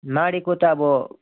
मारेको त अब